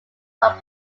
from